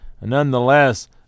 nonetheless